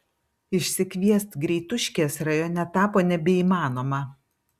išsikviest greituškės rajone tapo nebeįmanoma